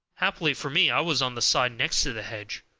happily for me, i was on the side next the hedge.